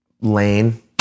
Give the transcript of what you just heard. lane